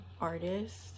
artist